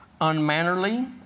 unmannerly